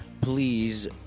please